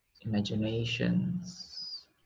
imaginations